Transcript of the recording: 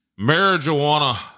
marijuana